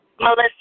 Melissa